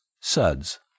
SUDS